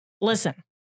Listen